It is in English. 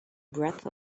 breath